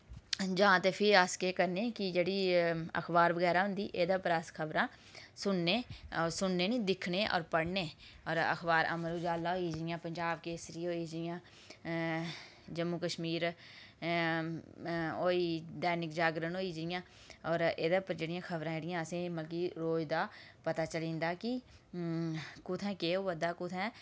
जां ते फ्ही अस केह् करने कि जेह्ड़ी अखबार बगैरा जेह्ड़ी होंदी एह्दे पर अस खबरां सुनने सुनने निं दिक्खने और पढ़ने और अखबार अमर उजाला होई जि'यां पंजाब केसरी होई जि'यां जम्मू कश्मीर होई दानिक जागरन होई जि'यां और एह्दे पर खबरां जेह्ड़ियां असें मतलब कि रोज दा पता चली जंदा कि कुत्थै केह् होआ दा कुत्थै